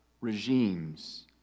regimes